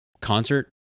Concert